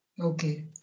Okay